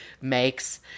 makes